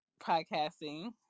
podcasting